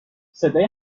صدای